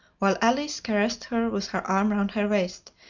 while alice caressed her with her arm round her waist,